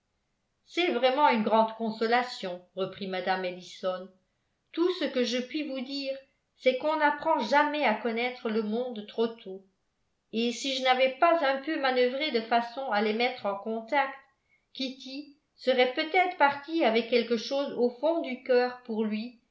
c'est vraiment une grande consolation reprit mme ellison tout ce que je puis vous dire c'est qu'on n'apprend jamais à connaître le monde trop tôt et si je n'avais pas un peu manœuvré de façon à les mettre en contact kitty serait peut-être partie avec quelque chose au fond du cœur pour lui